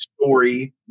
story